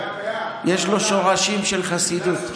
יש לו שורשים של חסידות.